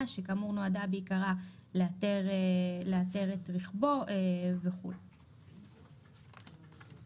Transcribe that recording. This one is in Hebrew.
מתוך הצ"ח התכנית הכלכלית תיקוני חקיקה